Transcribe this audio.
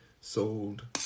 sold